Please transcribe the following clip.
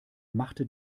machte